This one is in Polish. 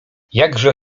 jakże